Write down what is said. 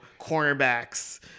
cornerbacks